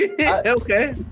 Okay